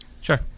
Sure